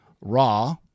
raw